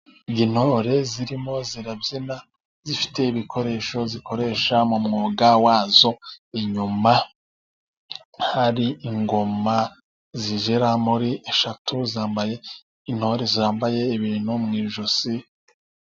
Intore zirimo zirabyina, zifite ibikoresho zikoresha mu mwuga wazo, inyuma hari ingoma zigera muri eshatu zambaye intore, zambaye ibintu mu ijosi.